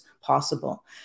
possible